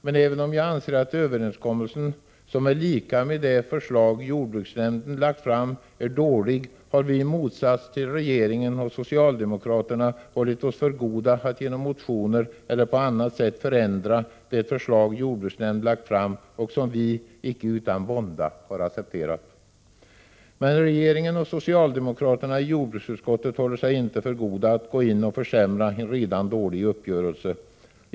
Men även om jag anser att överenskommelsen — som är lika med det förslag jordbruksnämnden lagt fram — är dålig, har vi i motsats till regeringen och socialdemokraterna hållit oss för goda att genom motioner eller på annat sätt förändra det förslag jordbruksnämnden lagt fram och som vi — icke utan vånda — accepterat. Men regeringen och socialdemokraterna i jordbruksutskottet håller sig inte för goda att gå in och försämra en redan dålig uppgörelse.